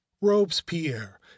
robespierre